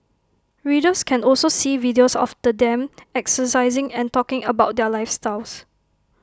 readers can also see videos of the them exercising and talking about their lifestyle